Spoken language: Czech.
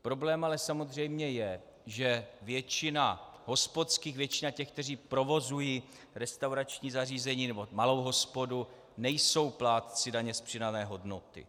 Problém ale samozřejmě je, že většina hospodských, většina těch, kteří provozují restaurační zařízení nebo malou hospodu, nejsou plátci daně z přidané hodnoty.